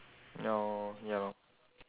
ya lor ya lor